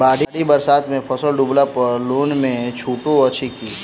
बाढ़ि बरसातमे फसल डुबला पर लोनमे छुटो अछि की